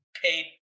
paid